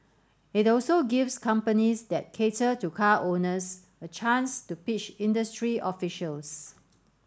it also gives companies that cater to car owners a chance to pitch industry officials